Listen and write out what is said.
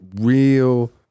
real